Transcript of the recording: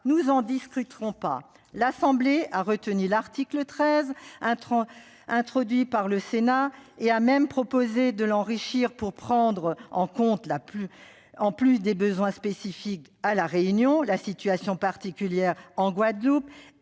nous n'en discuterons pas ! L'Assemblée nationale a également retenu l'article 13, introduit par le Sénat, et a même proposé de l'enrichir pour prendre en compte, en plus des besoins spécifiques de La Réunion, la situation particulière de la Guadeloupe